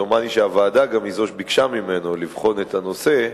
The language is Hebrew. דומני שהוועדה גם היא שביקשה ממנו לבחון את הנושא.